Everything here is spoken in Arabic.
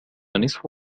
نصف